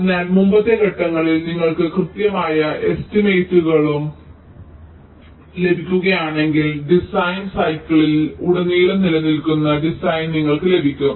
അതിനാൽ മുമ്പത്തെ ഘട്ടങ്ങളിൽ നിങ്ങൾക്ക് കൃത്യമായ എസ്റ്റിമേറ്റുകൾ ലഭിക്കുകയാണെങ്കിൽ ഡിസൈൻ സൈക്കിളിൽ ഉടനീളം നിലനിൽക്കുന്ന ഡിസൈൻ നിങ്ങൾക്ക് ലഭിക്കും